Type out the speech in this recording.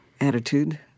attitude